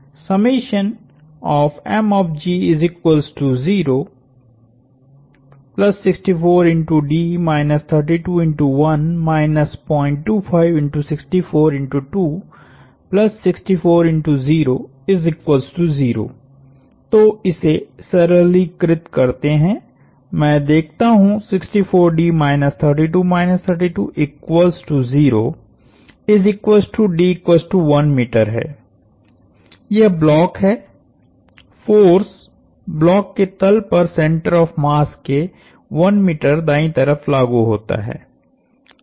तो इसे सरलीकृत करते हैं मैं देखता हूं है यह ब्लॉक है फोर्स ब्लॉक के तल पर सेंटर ऑफ़ मास के 1m दाईं तरफ लागु होता है